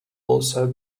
also